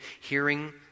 hearing